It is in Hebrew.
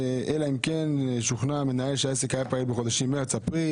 אלא אם כן שוכנע המנהל שהעסק היה פעיל בחודשים מרץ-אפריל.